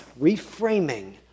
reframing